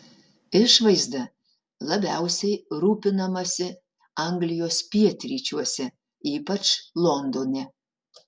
išvaizda labiausiai rūpinamasi anglijos pietryčiuose ypač londone